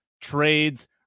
trades